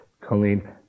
Colleen